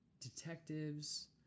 detectives